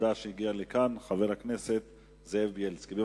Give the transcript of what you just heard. עובדה שהגיע לכאן חבר הכנסת זאב בילסקי.